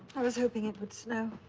i was hoping it would snow.